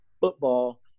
football